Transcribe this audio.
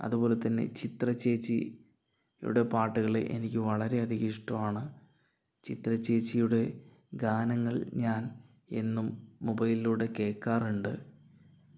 അതുപോലെത്ത ന്ന ചിത്ര ചേച്ചി ഇവരുടെ പാട്ടുകൾ എനിക്ക് വളരെയധികം ഇഷ്ടമാണ് ചിത്ര ചേച്ചിയുടെ ഗാനങ്ങൾ ഞാൻ എന്നും മൊബൈലിലൂടെ കേൾക്കാറുണ്ട്